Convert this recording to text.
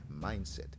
Mindset